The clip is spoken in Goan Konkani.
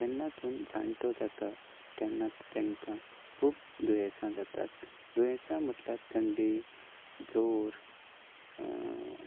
जेन्ना कोण जाण्टो जाता तेन्ना तांकां खूब दुयेंसां जातात दुयेंसां म्हणल्यार थंडी जोर